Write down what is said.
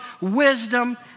wisdom